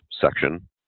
section